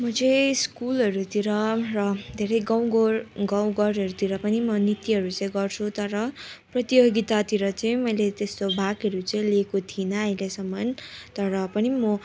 म चाहिँ स्कुलहरूतिर र धेरै गाउँगर गाउँघरहरूतिर पनि म नृत्यहरू चाहिँ गर्छु तर प्रतियोगितातिर चाहिँ मैले त्यस्तो भागहरू चाहिँ लिएको थिइनँ अहिलेसम्म तर पनि म